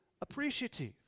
appreciative